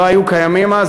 שלא היו קיימים אז,